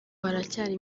haracyari